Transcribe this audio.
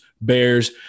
Bears